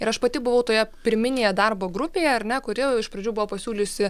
ir aš pati buvau toje pirminėje darbo grupėje ar ne kuri iš pradžių buvo pasiūliusi